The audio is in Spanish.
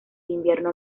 invierno